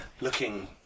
looking